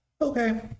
Okay